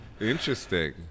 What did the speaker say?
Interesting